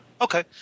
Okay